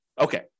okay